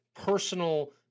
personal